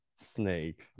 snake